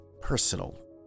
personal